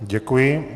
Děkuji.